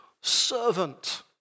servant